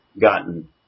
gotten